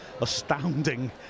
astounding